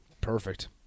Perfect